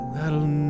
That'll